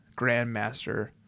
grandmaster